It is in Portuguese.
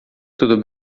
tudo